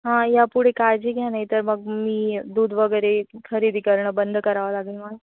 हां या पुढे काळजी घ्या नाही तर मग मी दूध वगैरे खरेदी करणं बंद करावं लागेल मला